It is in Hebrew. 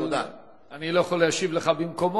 אבל אני לא יכול להשיב לך במקומו.